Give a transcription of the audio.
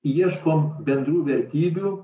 ieškom bendrų vertybių